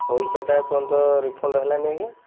ପଇସାଟା ଏପର୍ଯ୍ୟନ୍ତ ରିଫଣ୍ଡ୍ ହେଲାନି ଆଜ୍ଞା